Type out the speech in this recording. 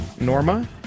norma